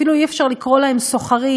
אפילו אי-אפשר לקרוא להם סוחרים,